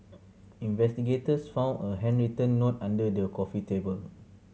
investigators found a handwritten note under the coffee table